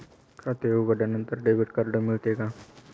खाते उघडल्यानंतर debit card मिळते का?